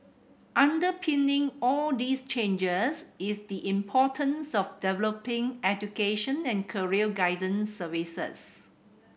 underpinning all these changes is the importance of developing education and career guidance services